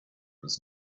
was